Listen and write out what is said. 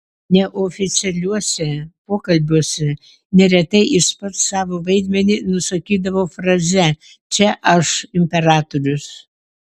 neoficialiuose pokalbiuose neretai jis pats savo vaidmenį nusakydavo fraze čia aš imperatorius